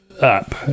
up